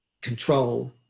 control